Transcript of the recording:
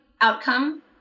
outcome